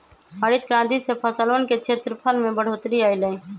हरित क्रांति से फसलवन के क्षेत्रफल में बढ़ोतरी अई लय